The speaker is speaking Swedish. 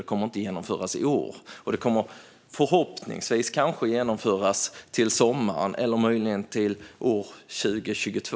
Det kommer inte att genomföras i år. Det kommer kanske, förhoppningsvis, att genomföras till sommaren eller möjligen till år 2022.